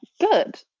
good